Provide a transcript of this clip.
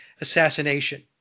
assassination